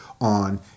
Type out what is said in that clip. on